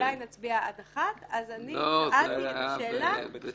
שאולי נצביע עד אחת, אני שאלתי את השאלה כמתבקש.